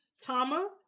Tama